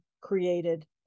Created